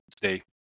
today